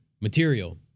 material